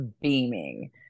beaming